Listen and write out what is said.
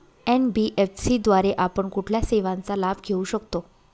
NBFC द्वारे आपण कुठल्या सेवांचा लाभ घेऊ शकतो?